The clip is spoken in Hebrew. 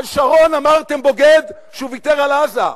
על שרון אמרתם בוגד כשהוא ויתר על עזה,